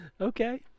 okay